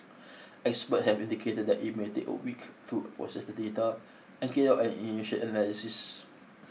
expert have indicated that it may take a week to process the data and carry out an initial analysis